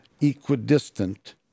equidistant